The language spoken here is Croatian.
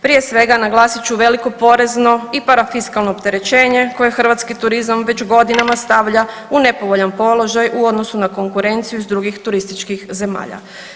Prije svega naglasit ću veliko porezno i parafiskalno opterećenje koje hrvatski turizam već godinama stavlja u nepovoljan položaj u odnosu na konkurenciju iz drugih turističkih zemalja.